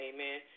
Amen